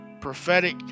prophetic